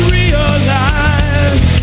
realize